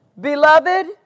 Beloved